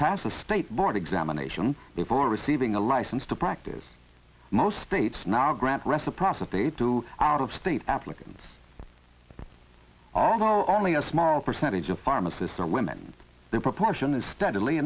pass a state board examination before receiving a license to practice most states now grant reciprocity two out of state applicants although only a small percentage of pharmacists are women the proportion is steadily